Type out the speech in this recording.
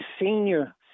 senior